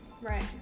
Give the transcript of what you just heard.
Right